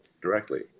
directly